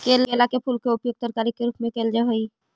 केला के फूल के उपयोग तरकारी के रूप में कयल जा हई